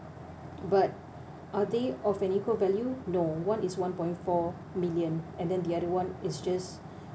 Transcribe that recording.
but are they of an equal value no one is one point four million and then the other one is just